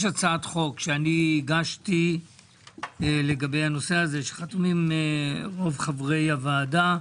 יש הצעת חוק שאני הגשתי לגבי הנושא הזה שחתומים רוב חברי הוועדה.